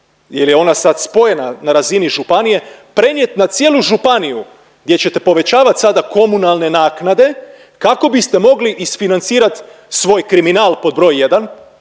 jel je ona sad spojena na razini županije, prenijet na cijelu županiju gdje ćete povećat sada komunalne naknade kako biste mogli isfinancirat svoj kriminal pod broj